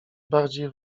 bardziej